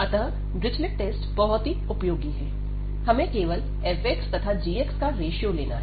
अतः Dirichlet test बहुत ही उपयोगी है हमें केवल fx तथाgx का रेशियो लेना है